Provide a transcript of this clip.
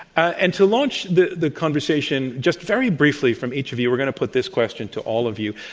and to launch the the conversation, just very briefly from each of you we're going to put this question to all of you.